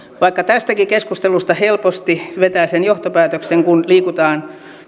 vaikka tästäkin keskustelusta helposti vetää sen johtopäätöksen kun liikutaan